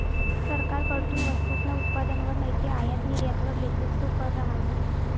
सरकारकडथून वस्तूसना उत्पादनवर नैते आयात निर्यातवर लेतस तो कर रहास